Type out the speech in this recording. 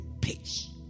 peace